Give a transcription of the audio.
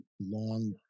long